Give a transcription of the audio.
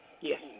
Yes